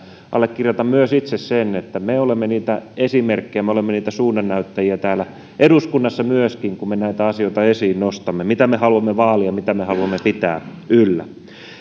allekirjoitan myös itse sen että me olemme myöskin niitä esimerkkejä me olemme niitä suunnannäyttäjiä täällä eduskunnassa kun me näitä asioita esiin nostamme mitä me haluamme vaalia mitä me haluamme pitää yllä